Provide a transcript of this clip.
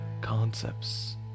concepts